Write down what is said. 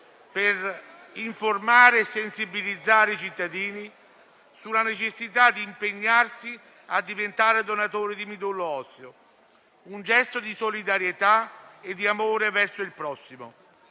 per informare e sensibilizzare i cittadini sulla necessità di impegnarsi a diventare donatori di midollo osseo, un gesto di solidarietà e di amore verso il prossimo.